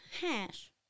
hash